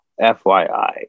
FYI